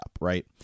right